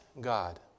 God